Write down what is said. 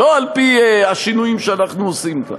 לא על-פי השינויים שאנחנו עושים כאן.